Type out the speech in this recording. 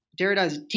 Derrida's